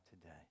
today